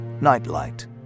Nightlight